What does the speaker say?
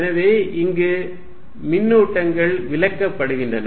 எனவே இங்கு மின்னூட்டங்கள் விலக்கப்படுகின்றன